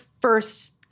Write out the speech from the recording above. first